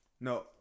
No